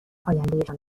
آیندهشان